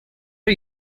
are